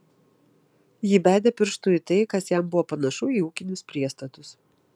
ji bedė pirštu į tai kas jam buvo panašu į ūkinius priestatus